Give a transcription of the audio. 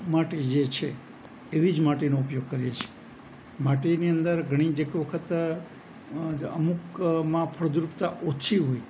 માટી જે છે એવી જ માટીનો ઉપયોગ કરીએ છીએ માટીની અંદર ઘણી જે ક વખત અમુકમાં ફળદ્રુપતા ઓછી હોય